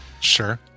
Sure